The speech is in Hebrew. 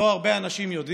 לא הרבה יודעים,